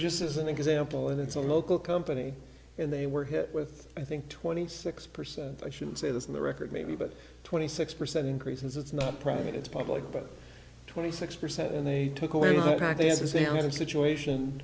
just as an example it's a local company and they were hit with i think twenty six percent i shouldn't say this in the record maybe but twenty six percent increases it's not private it's public but twenty six percent and they took away the pakistan situation